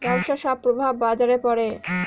ব্যবসার সব প্রভাব বাজারে পড়ে